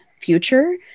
future